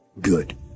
Good